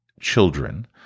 children